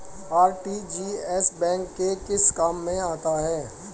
RTGS bank के किस काम में आता है?